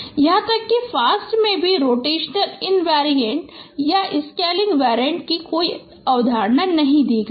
यहां तक कि फ़ास्ट में भी रोटेशनल इनवेरिएंट या स्केलिंग वेरिएंट की कोई अवधारणा नहीं है